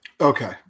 Okay